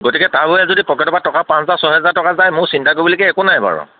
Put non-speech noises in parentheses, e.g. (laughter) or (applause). গতিকে (unintelligible) যদি পকেটৰ পৰা টকা পাঁচটা ছহেজাৰ টকা যায় মোৰ চিন্তা কৰিবলগীয়া একো নাই বাৰু